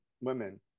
women